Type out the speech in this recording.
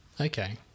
Okay